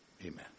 amen